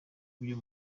byo